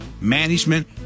management